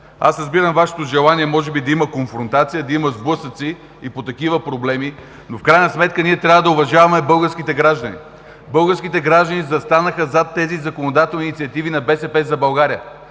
Разбирам Вашето желание може би да има конфронтация, да има сблъсъци и по такива проблеми, но в крайна сметка ние трябва да уважаваме българските граждани. Българските граждани застанаха зад тези законодателни инициативи на „БСП за България“.